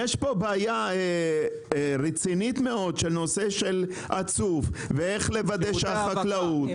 יש פה בעיה רצינית מאוד של נושא עצוב ואיך לוודא שהחקלאות,